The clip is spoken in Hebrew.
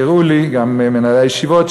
והראו לי גם מנהלי הישיבות,